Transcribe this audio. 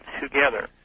together